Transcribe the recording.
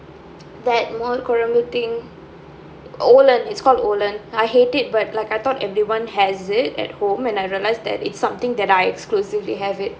that mor kuzhambu kolambu thing olen it's called olen I hate it but like I thought everyone has it at home and I realise that it's something that I exclusively have it